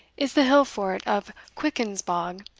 is the hill-fort of quickens-bog,